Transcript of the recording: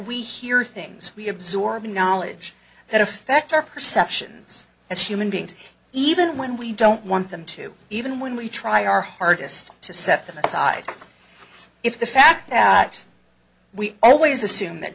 we hear things we absorb knowledge that affect our perceptions as human beings even when we don't want them to even when we try our hardest to set them aside if the fact that we always assume that